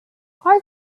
our